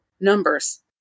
numbers